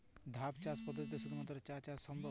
ধাপ চাষ পদ্ধতিতে শুধুমাত্র চা চাষ সম্ভব?